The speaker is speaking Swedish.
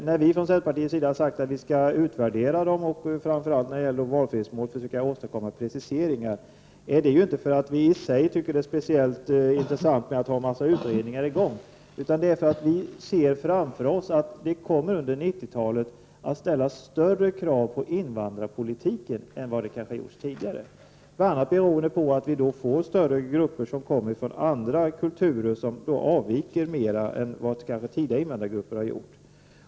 När vi från centerpartiets sida har sagt att vi skall utvärdera dessa frågor och mål, och framför allt försöka åstadkomma preciseringar när det gäller målen för valfrihet, är det inte för att vi i centern i sig tycker att det är speciellt intressant med att ha utredningar i gång. Vi ser framför oss att det under 90-talet kommer att ställas större krav än vad det har gjorts tidigare på invandrarpolitiken. Detta kan bl.a. bero på att det kommer större grupper från andra kulturer som avviker mera än vad tidigare invandrargrupper har gjort.